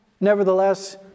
Nevertheless